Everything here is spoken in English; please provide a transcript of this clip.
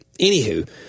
anywho